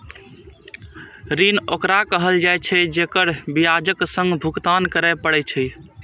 ऋण ओकरा कहल जाइ छै, जेकरा ब्याजक संग भुगतान करय पड़ै छै